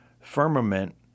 firmament